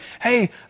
hey